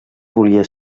volia